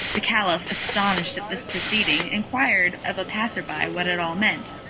the caliph, astonished at this proceeding, inquired of a passer-by what it all meant,